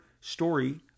story